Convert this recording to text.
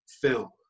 film